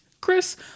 Chris